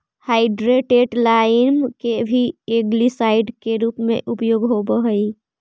hydrated lime के भी algicide के रूप में उपयोग होव हई